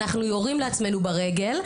אנחנו יורים לעצמנו ברגל,